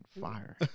fire